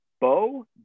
Bo